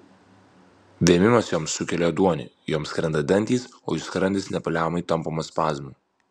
vėmimas joms sukelia ėduonį joms krenta dantys o jų skrandis nepaliaujamai tampomas spazmų